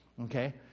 Okay